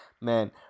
man